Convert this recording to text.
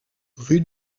rue